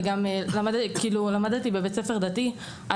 למדתי בבית ספר דתי,